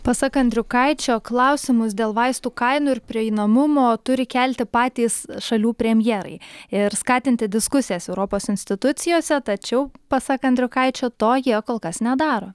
pasak andriukaičio klausimus dėl vaistų kainų ir prieinamumo turi kelti patys šalių premjerai ir skatinti diskusijas europos institucijose tačiau pasak andriukaičio to jie kol kas nedaro